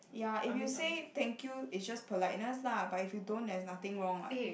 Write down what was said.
ya if you say thank you it's just politeness lah but if you don't there's nothing wrong [what]